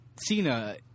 Cena